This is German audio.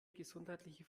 gesundheitliche